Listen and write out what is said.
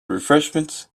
refreshments